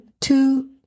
two